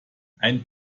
ein